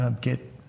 get